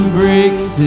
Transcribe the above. breaks